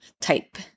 type